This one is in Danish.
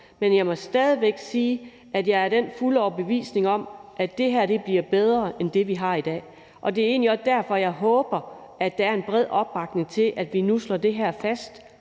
Men jeg må stadig væk sige, at jeg er fuldt overbevist om, at det her bliver bedre end det, vi har i dag. Og det er egentlig også derfor, jeg håber, at der er en bred opbakning til, at vi nu slår det her fast